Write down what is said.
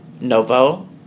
NOVO